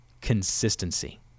consistency